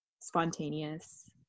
spontaneous